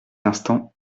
instant